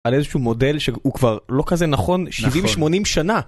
על איזשהו מודל שהוא כבר לא כזה נכון 70-80 שנה.